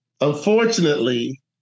unfortunately